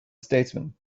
statesman